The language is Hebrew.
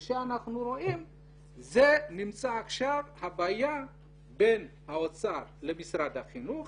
כשאנחנו רואים שהבעיה עכשיו נמצאת בין האוצר למשרד החינוך,